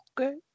Okay